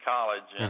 College